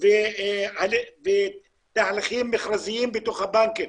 ועל תהליכים מכרזיים בתוך הבנקים,